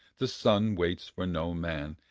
the sun waits for no man,